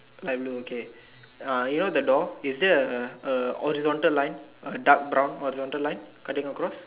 light blue okay uh you know the door is there a a a horizontal line a dark brown horizontal line cutting across